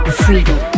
freedom